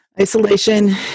isolation